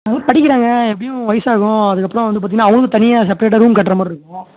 அவங்க படிக்கிறாங்க எப்படியும் வயசாகும் அதுக்கப்புறம் வந்து பார்த்திங்கன்னா அவங்களுக்கம் தனியாக செப்ரேட்டாக ரூம் கட்டுற மாதிரி இருக்கும்